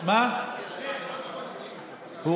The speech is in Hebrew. היא הייתה צריכה להקריא את זה, לא אני.